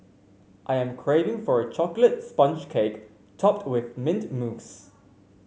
I am craving for a chocolate sponge cake topped with mint mousse